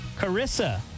Carissa